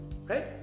right